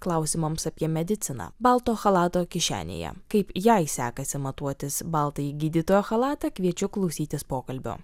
klausimams apie mediciną balto chalato kišenėje kaip jai sekasi matuotis baltąjį gydytojo chalatą kviečiu klausytis pokalbio